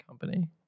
company